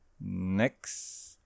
Next